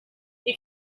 you